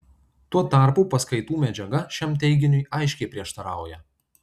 tuo tarpu paskaitų medžiaga šiam teiginiui aiškiai prieštarauja